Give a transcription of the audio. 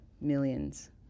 millions